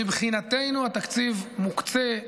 מבחינתנו התקציב מוקצה,